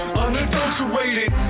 unadulterated